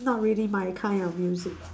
not really my kind of music